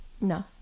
No